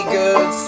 good